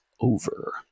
over